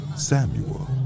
Samuel